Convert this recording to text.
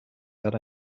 that